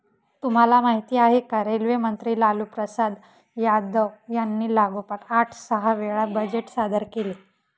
तुम्हाला माहिती आहे का? रेल्वे मंत्री लालूप्रसाद यादव यांनी लागोपाठ आठ सहा वेळा बजेट सादर केले